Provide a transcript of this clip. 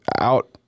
out